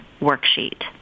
worksheet